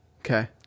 Okay